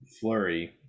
Flurry